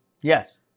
Yes